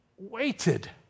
waited